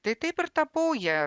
tai taip ir tapau ja